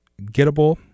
gettable